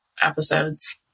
episodes